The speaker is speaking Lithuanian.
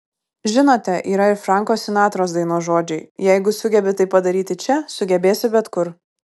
žinote yra ir franko sinatros dainos žodžiai jeigu sugebi tai padaryti čia sugebėsi bet kur